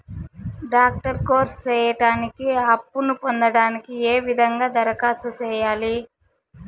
Doctor course సేయడానికి అప్పును పొందడానికి ఏ విధంగా దరఖాస్తు సేయాలి?